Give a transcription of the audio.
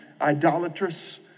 idolatrous